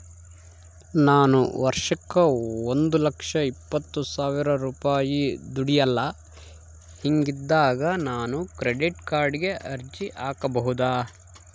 ನಾನು ವರ್ಷಕ್ಕ ಒಂದು ಲಕ್ಷ ಇಪ್ಪತ್ತು ಸಾವಿರ ರೂಪಾಯಿ ದುಡಿಯಲ್ಲ ಹಿಂಗಿದ್ದಾಗ ನಾನು ಕ್ರೆಡಿಟ್ ಕಾರ್ಡಿಗೆ ಅರ್ಜಿ ಹಾಕಬಹುದಾ?